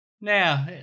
Now